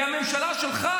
כי הממשלה שלך,